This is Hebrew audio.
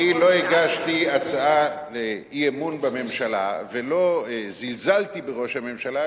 אני לא הגשתי הצעת אי-אמון בממשלה ולא זלזלתי בראש הממשלה,